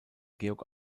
georg